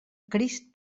crist